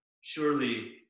Surely